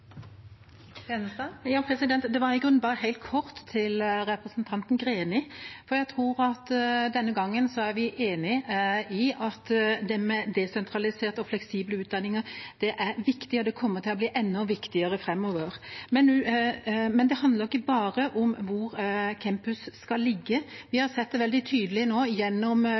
Bare helt kort til representanten Greni: Jeg tror vi er enige denne gangen, om at desentraliserte og fleksible utdanninger er viktige og kommer til å bli enda viktigere framover. Men det handler ikke bare om hvor campus skal ligge. Vi har sett det veldig tydelig nå gjennom